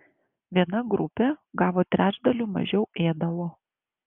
viena grupė gavo trečdaliu mažiau ėdalo